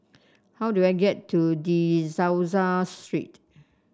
how do I get to De Souza Street